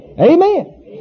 Amen